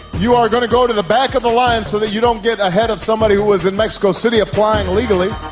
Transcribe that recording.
you are going to go to the back of the line so that you don't get ahead of somebody who was in mexico city applying legally.